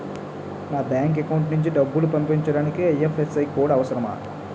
నా bank account నుంచి డబ్బు పంపించడానికి ఐ.ఎఫ్.ఎస్.సి కోడ్ అవసరమా?